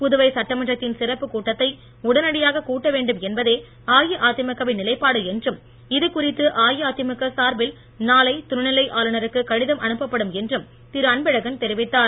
புதுவை சட்டமன்றத்தின் சிறப்பு கூட்டத்தை உடனடியாக கூட்ட வேண்டும் என்பதே அஇஅதிமுக வின் நிலைப்பாடு என்றும் இதுகுறித்து அஇஅதிமுக சார்பில் நாளை துணை நிலை ஆளுநருக்கு கடிதம் அனுப்பப்படும் என்றும் திரு அன்பழகன் தெரிவித்தார்